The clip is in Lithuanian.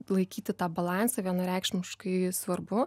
laikyti tą balansą vienareikšmiškai svarbu